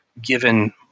given